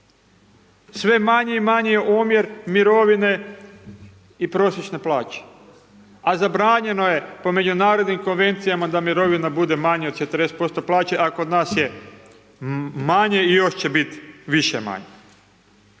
Sve manji i manji je omjer mirovine i prosječne plaće a zabranjeno je po međunarodnim konvencijama da mirovina bude manja od 40% plaće a kod nas je manje i još će biti više manje.